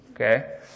Okay